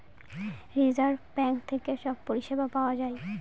reserve bank থেকে সব পরিষেবা পায়